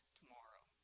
tomorrow